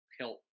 help